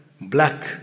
black